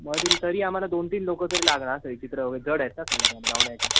मग तरी तरी आम्हाला दोन तीन लोक तरी लागणार सगळी चित्रं वगैरे जड आहेत ना सगळी लावण्याची